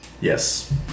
Yes